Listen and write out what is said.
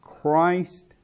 Christ